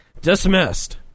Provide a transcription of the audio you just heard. Dismissed